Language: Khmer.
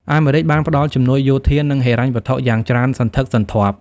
អាមេរិកបានផ្តល់ជំនួយយោធា និងហិរញ្ញវត្ថុយ៉ាងច្រើនសន្ធឹកសន្ធាប់។